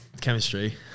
Chemistry